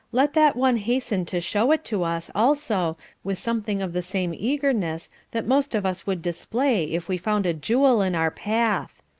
let that one hasten to show it to us also with something of the same eagerness that most of us would display if we found a jewel in our path.